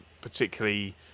particularly